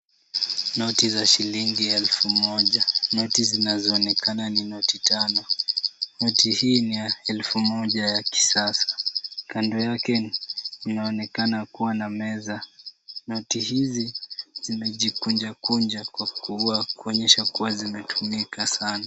Noti za shilingi elfu moja. Noti zinazoonekana ni noti tano. Noti hii ni ya elfu moja ya kisasa. Kando yake mnaonekana kuwa na meza. Noti hizi zimeji kunjakunja kuonyesha kuwa zimetumika sana.